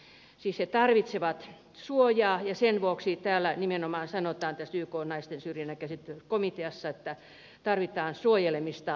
siis he tarvitsevat suojaa ja sen vuoksi nimenomaan ykn naisten syrjinnän poistamista käsittelevän komitean mukaan tarvitaan suojelemista väkivallalta